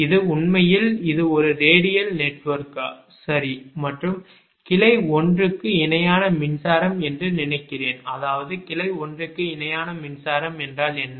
இது உண்மையில் இது ஒரு ரேடியல் நெட்வொர்க் சரி மற்றும் கிளை 1 க்கு இணையான மின்சாரம் என்று நினைக்கிறேன் அதாவது கிளை 1 க்கு இணையான மின்சாரம் என்றால் என்ன